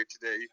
today